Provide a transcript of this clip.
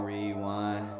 Rewind